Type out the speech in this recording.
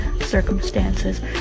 circumstances